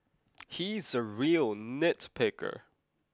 he is a real nitpicker